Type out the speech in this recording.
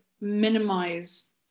minimize